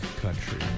Country